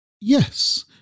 Yes